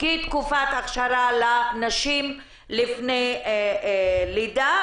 כתקופת הכשרה לנשים לפני לידה,